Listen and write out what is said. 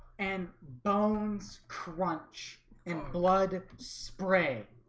and bones crunch and blood spray